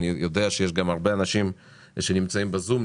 אני יודע שיש גם הרבה אנשים שנמצאים בזום.